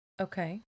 Okay